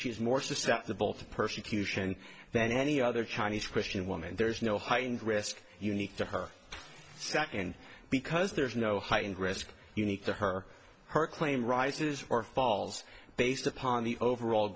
is more susceptible to persecution than any other chinese christian woman there's no heightened risk unique to her second because there's no heightened risk unique to her or her claim rises or falls based upon the overall